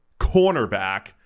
cornerback